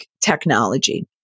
technology